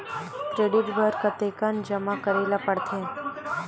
Credit बर कतेकन जमा करे ल पड़थे?